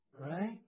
Right